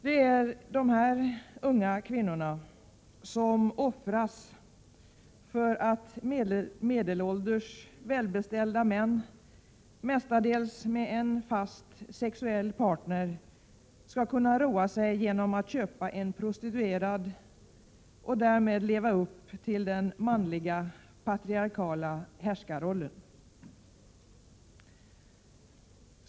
Det är dessa unga kvinnor som offras för att medelålders välbeställda män, mestadels med en fast sexuell partner, skall kunna roa sig genom att köpa en prostituerad och därmed leva upp till den manliga patriarkaliska härskarrollen.